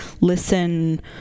listen